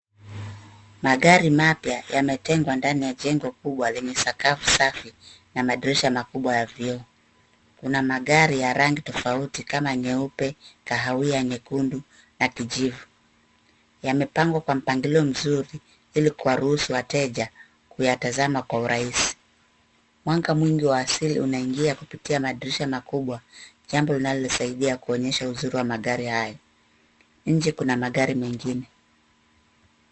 Magari mapya yametengwa ndani ya jengo kubwa lenye sakafu safi na madirisha makubwa ya vioo. Kuna magari ya rangi tofauti, kama nyeupe, kahawia, nyekundu, na kijivu. Yamepangwa kwa mpangilio mzuri ili kuwaruhusu wateja kuyatazama kwa urahisi. Mwanga mwingi wa asili unaingia kupitia madirisha makubwa, jambo linalosaidia kuonyesha uzuri wa magari haya. Nje kuna magari mengine.